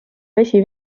vesi